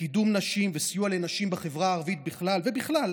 בקידום נשים וסיוע לנשים בחברה הערבית ובכלל,